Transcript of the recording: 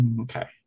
Okay